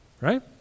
right